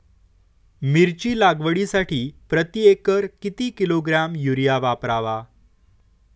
मिरची लागवडीसाठी प्रति एकर किती किलोग्रॅम युरिया वापरावा?